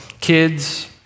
kids